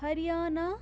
Haryana